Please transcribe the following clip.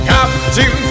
Captain